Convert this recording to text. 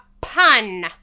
pun